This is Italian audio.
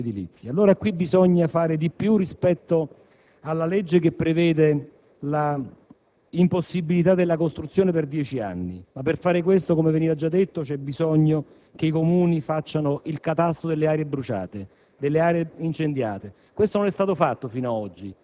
per poter spegnere gli incendi e per le speculazioni edilizie. Allora, bisogna fare di più rispetto alla legge che prevede l'impossibilità della costruzione per dieci anni. Ma per fare questo, come veniva già detto, c'è bisogno che i Comuni facciano il catasto delle aree incendiate.